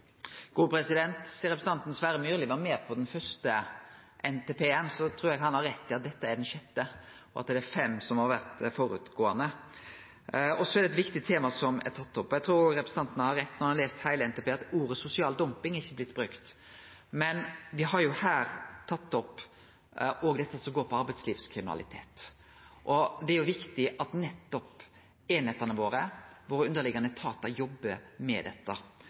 representanten Sverre Myrli var med på den første NTP-en, og eg trur han har rett i at dette er den sjette – at det er fem før. Det er eit viktig tema som er tatt opp. Eg trur òg representanten har rett når han seier at han har lese heile NTP-en, og at orda «sosial dumping» ikkje er blitt brukte, men me har tatt opp det som går på arbeidslivskriminalitet. Det er viktig at einingane våre, dei underliggjande etatane våre jobbar med dette,